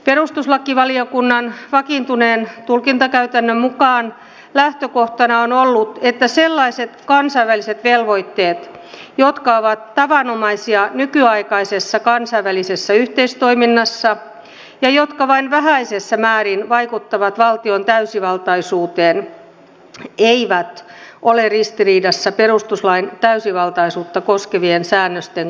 perustuslakivaliokunnan vakiintuneen tulkintakäytännön mukaan lähtökohtana on ollut että sellaiset kansainväliset velvoitteet jotka ovat tavanomaisia nykyaikaisessa kansainvälisessä yhteistoiminnassa ja jotka vain vähäisessä määrin vaikuttavat valtion täysivaltaisuuteen eivät ole ristiriidassa perustuslain täysivaltaisuutta koskevien säännösten kanssa